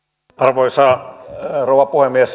arvoisa rouva puhemies